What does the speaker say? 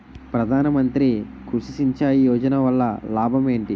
ప్రధాన మంత్రి కృషి సించాయి యోజన వల్ల లాభం ఏంటి?